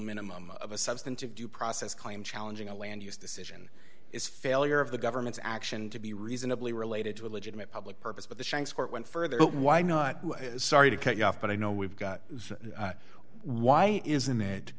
minimum of a substantive due process claim challenging a land use decision is failure of the government's action to be reasonably related to a legitimate public purpose but the shanks court went further but why not sorry to cut you off but i know we've got why isn't it